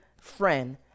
friend